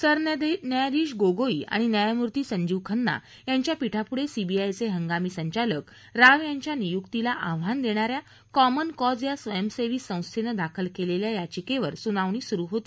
sir न्यायाधीश गोगोई आणि न्यायमुर्ती संजीव खन्ना यांच्या पीठापुढे सीबीआयचे हंगामी संचालक राव यांच्या नियुक्तीला आव्हांन देणा या कॉमन कॉज या स्वयंसेवी संस्थेनं दाखल केलेले याचिकेवर सुनावणी सुरु होती